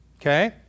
Okay